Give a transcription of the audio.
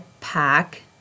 pack